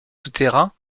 souterrains